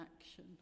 action